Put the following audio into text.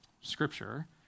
scripture